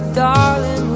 darling